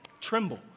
tremble